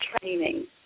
training